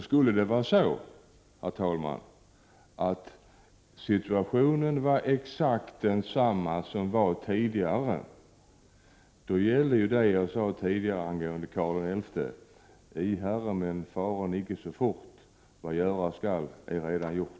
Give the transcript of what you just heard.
Skulle det vara så, herr talman, att situationen är exakt som den var tidigare, gäller det som jag sade tidigare angående Karl XI: Vad göras skall är allaredan gjort. I herredagsmän, resen icke så fort!